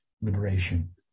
liberation